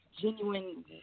genuine